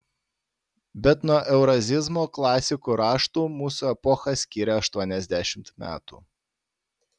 bet nuo eurazizmo klasikų raštų mūsų epochą skiria aštuoniasdešimt metų